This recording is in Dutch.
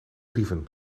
dieven